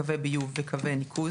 קווי ביוב וקווי ניקוז,